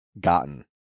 gotten